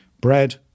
bread